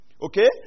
Okay